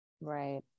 Right